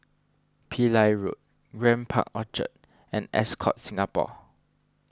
Pillai Road Grand Park Orchard and Ascott Singapore